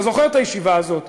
אתה זוכר את הישיבה הזאת?